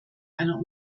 einer